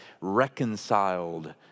reconciled